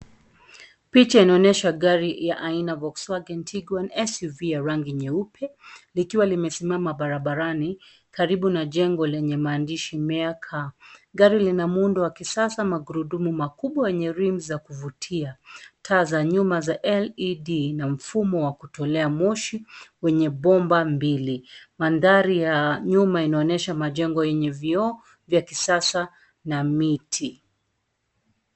Picha inyesha gari ya aina volkswagen[tigo an suv rangi nyeupe likiwa limesimama barabarani karibu na jengo lenye maandishi mayor car . Gari lina muundo wa kisasa makurudumu makubwa wenye rim za kuvutia taa za nyuma za led na mfumo wa kutolea moshi wenye bomba mbili. Mandhari ya nyuma inaonyesha majengo yenye vioo vya kisasa na miti.